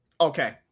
Okay